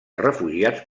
refugiats